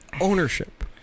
ownership